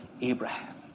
Abraham